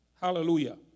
hallelujah